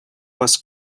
was